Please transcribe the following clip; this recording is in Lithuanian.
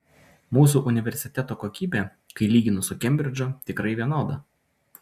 mūsų universiteto kokybė kai lyginu su kembridžu tikrai vienoda